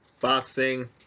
boxing